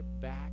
back